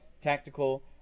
tactical